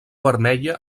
vermella